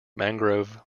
mangrove